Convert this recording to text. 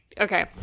okay